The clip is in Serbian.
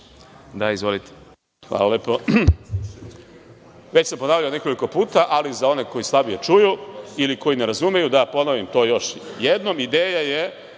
Živković** Hvala lepo. Već sam ponavljao nekoliko puta, ali za one koji slabije čuju ili koji ne razumeju, da ponovim to još jednom. Ideja je